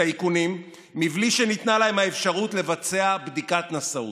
האיכונים מבלי שניתנה להם האפשרות לבצע בדיקת נשאות.